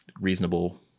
reasonable